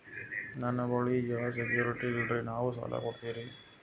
ನನ್ನ ಬಳಿ ಯಾ ಸೆಕ್ಯುರಿಟಿ ಇಲ್ರಿ ನೀವು ಸಾಲ ಕೊಡ್ತೀರಿ?